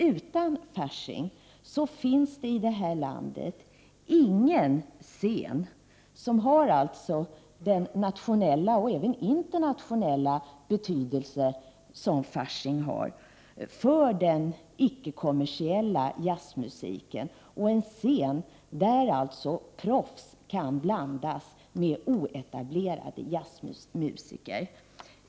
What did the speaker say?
Utan Fasching finns det här i landet ingen scen som har den nationella och även internationella betydelse som Fasching har för den icke kommersiella jazzmusiken och en scen där proffs kan blandas med oetablerade jazzmusiker.